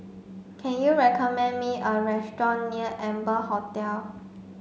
can you recommend me a restaurant near Amber Hotel